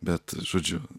bet žodžiu